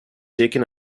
taken